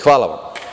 Hvala.